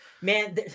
man